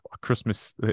Christmas